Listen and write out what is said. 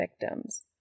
Victims